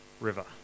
river